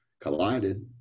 collided